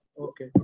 Okay